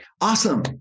Awesome